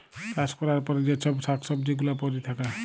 চাষ ক্যরার পরে যে চ্ছব শাক সবজি গুলা পরে থাক্যে